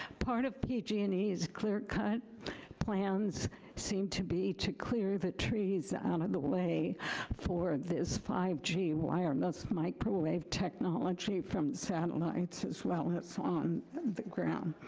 part of pg and e's clear-cut plans seem to be to clear the trees out of the way for this five g wireless microwave technology from satellites as well as so on the ground.